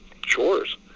chores